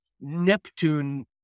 Neptune